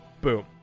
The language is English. Boom